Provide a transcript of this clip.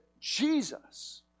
Jesus